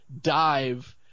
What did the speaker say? dive